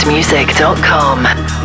music.com